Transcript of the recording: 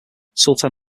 sultan